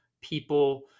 people